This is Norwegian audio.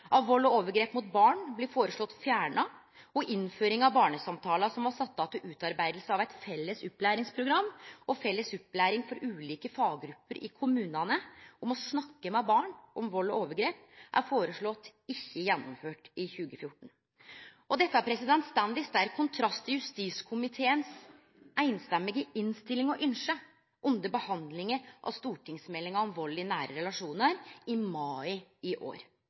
av vald og overgrep mot barn blir føreslått fjerna, og innføringa av barnesamtalen, som var sett av til utarbeiding av eit felles opplæringsprogram – felles opplæring for ulike faggrupper i kommunane om å snakke med barn om vald og overgrep, er føreslått ikkje gjennomført i 2014. Dette står i sterk kontrast til justiskomiteens samrøystes innstilling og ynske under behandlinga av stortingsmeldinga om vald i nære relasjonar i mai i år.